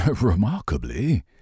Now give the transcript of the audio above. Remarkably